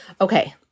Okay